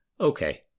okay